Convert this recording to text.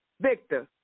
Victor